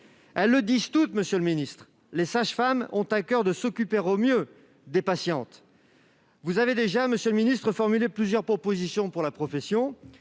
Elles le disent toutes, monsieur le ministre : les sages-femmes ont à coeur de s'occuper au mieux des patientes. Vous avez déjà formulé plusieurs propositions pour la profession.